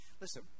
Listen